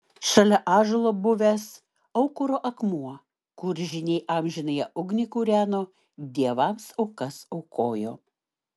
šalia ąžuolo buvęs aukuro akmuo kur žyniai amžinąją ugnį kūreno dievams aukas aukojo